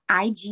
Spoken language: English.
IG